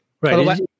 Right